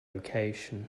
location